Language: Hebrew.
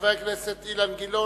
חבר הכנסת אילן גילאון,